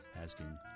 Asking